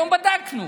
היום בדקנו.